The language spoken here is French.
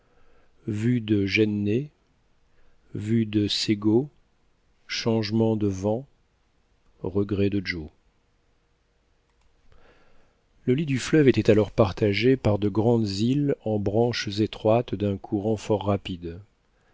vue de jenné vue de ségo changement de vent regrets de joe le lit du fleuve était alors partagé par de grandes îles en branches étroites d'un courant fort rapide